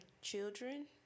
children